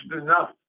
enough